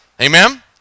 Amen